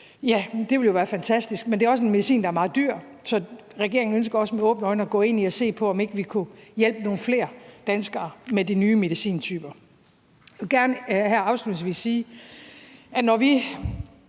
Ja, det ville jo være fantastisk – men det er også en medicin, der er meget dyr. Så regeringen ønsker også med åbne øjne at se på, om ikke vi kunne hjælpe nogle flere danskere med de nye medicintyper. Jeg vil gerne her afslutningsvis